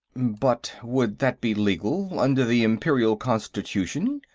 but would that be legal, under the imperial constitution?